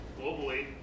globally